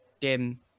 dim